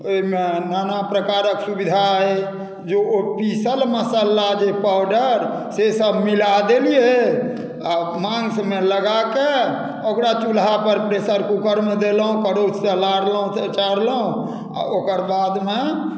ओहिमे नाना प्रकारक सुविधा अइ जे ओ पीसल मसाला जे पाउडर सेसभ मिला देलियै आ माँसमे लगा कऽ ओकरा चूल्हापर प्रेशर कूकरमे देलहुँ करछुसँ लारलहुँ चारलहुँ आ ओकर बादमे